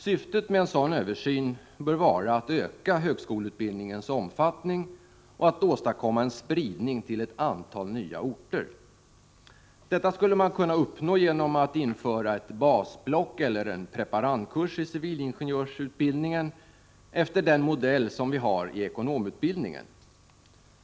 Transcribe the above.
Syftet med en sådan översyn bör vara att öka högskoleutbildningens omfattning och att åstadkomma en spridning till ett antal nya orter. Detta skulle man kunna uppnå genom att införa ett basblock eller en preparandkurs i civilingenjörsutbildningen efter den modell som vi har i ekonomutbildningen.